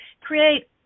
create